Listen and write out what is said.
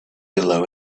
below